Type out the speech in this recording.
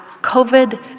COVID